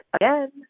again